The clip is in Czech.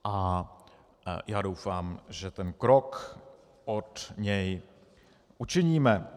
A já doufám, že ten krok od něj učiníme.